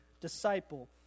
disciple